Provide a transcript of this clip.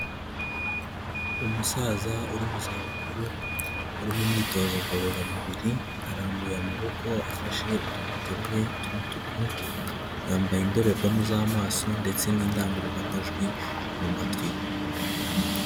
Umusaza uri mu zabukuru, uri mu imyitozo ngororamubiri, arambuye amaboko afashe utuntu ataruye tw'umutuku, yambaye indorerwamo z'amaso ndetse n'indangururamajwi mu matwi ye.